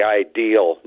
ideal